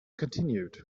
continued